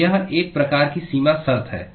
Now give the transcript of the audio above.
तो यह एक प्रकार की सीमा शर्त है